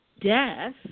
death